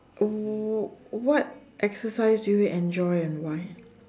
w~ what exercise do you enjoy and why